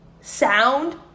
sound